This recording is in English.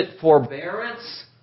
forbearance